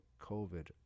COVID